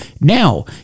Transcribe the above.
Now